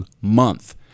month